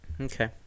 okay